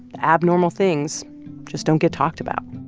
abnormal things just don't get talked about